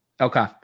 Okay